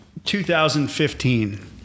2015